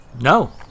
No